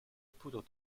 poudre